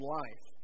life